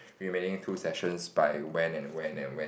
remaining two sessions by when and when and when